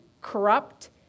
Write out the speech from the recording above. corrupt